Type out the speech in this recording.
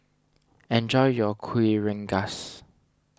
enjoy your Kuih Rengas